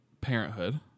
Parenthood